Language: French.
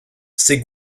ces